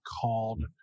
called